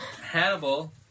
Hannibal